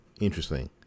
Interesting